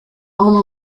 alma